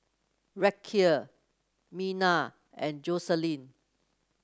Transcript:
Racquel Miner and Joselyn